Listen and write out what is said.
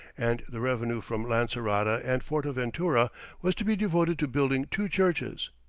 and the revenue from lancerota and fortaventura was to be devoted to building two churches.